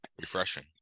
refreshing